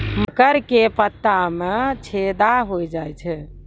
मकर के पत्ता मां छेदा हो जाए छै?